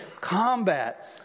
combat